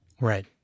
Right